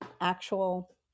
actual